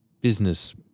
business